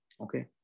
Okay